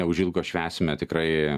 neužilgo švęsime tikrai